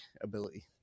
ability